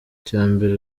icyambere